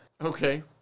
Okay